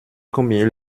combien